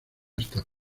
estafa